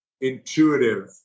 intuitive